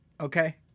Okay